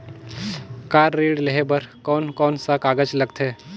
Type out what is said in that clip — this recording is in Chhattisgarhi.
कार ऋण लेहे बार कोन कोन सा कागज़ लगथे?